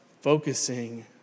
focusing